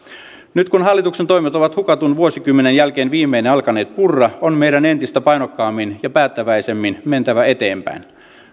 nyt kun hallituksen toimet ovat hukatun vuosikymmenen jälkeen viimein alkaneet purra on meidän entistä painokkaammin ja päättäväisemmin mentävä eteenpäin